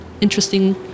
interesting